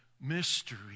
mystery